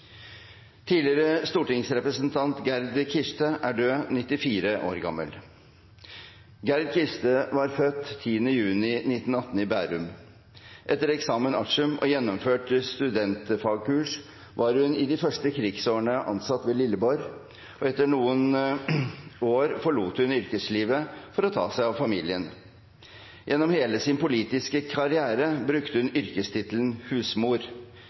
Tidligere stortingsrepresentant Gerd Kirste er død, 94 år gammel. Gerd Kirste var født 10. juni 1918 i Bærum. Etter examen artium og gjennomført studentfagkurs var hun i de første krigsårene ansatt ved Lilleborg. Etter noen år forlot hun yrkeslivet for å ta seg av familien. Gjennom hele sin politiske karriere brukte hun yrkestittelen